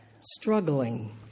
struggling